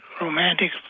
romantic